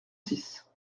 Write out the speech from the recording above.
six